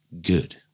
Good